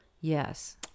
Yes